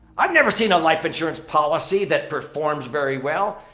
i've never seen a life insurance policy that performs very well.